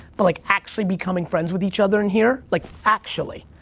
but like, actually becoming friends with each other in here, like actually.